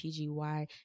pgy